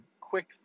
quick